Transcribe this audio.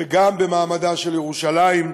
וגם במעמדה של ירושלים,